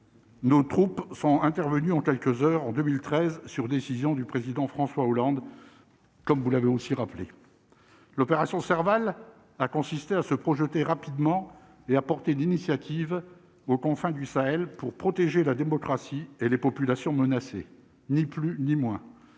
Nos troupes sont intervenus en quelques heures, en 2013, sur décision du président François Hollande comme vous l'avez aussi rappelé l'opération Serval a consisté à se projeter rapidement et apporter d'initiative aux confins du Sahel pour protéger la démocratie et les populations menacées, ni plus ni moins,